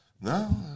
No